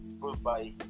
Goodbye